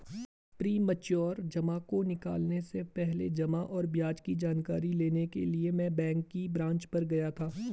premature जमा को निकलने से पहले जमा और ब्याज की जानकारी लेने के लिए मैं बैंक की ब्रांच पर गया था